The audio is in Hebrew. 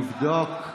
תבדוק,